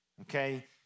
okay